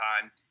time